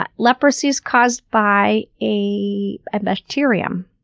ah leprosy is caused by a ah bacterium.